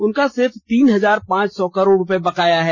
उनका सिर्फ तीन हजार पांच सौ करोड़ रूपये बकाया है